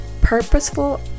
purposeful